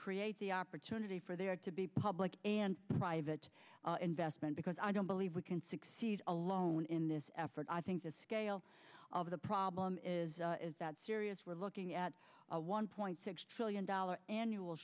create the opportunity for there to be public and private investment because i don't believe we can succeed alone in this effort i think the scale of the problem is that serious we're looking at one point six trillion dollars annual